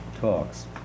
talks